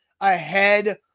ahead